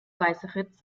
weißeritz